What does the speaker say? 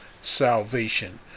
salvation